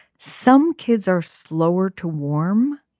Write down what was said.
some kids are slower to warm.